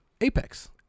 Apex